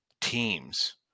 teams